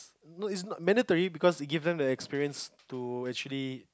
no it's not mandatory because it give them the experience to actually